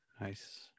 Nice